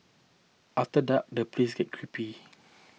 after dark the place get creepy